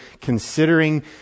considering